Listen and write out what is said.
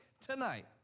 tonight